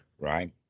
right